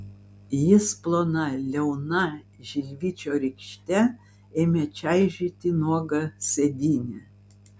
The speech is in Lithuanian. jis plona liauna žilvičio rykšte ėmė čaižyti nuogą sėdynę